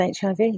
HIV